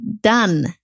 done